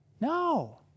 No